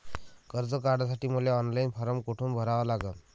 कर्ज काढासाठी मले ऑनलाईन फारम कोठून भरावा लागन?